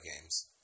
games